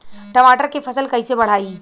टमाटर के फ़सल कैसे बढ़ाई?